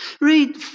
Read